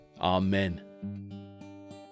Amen